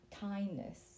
kindness